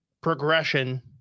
progression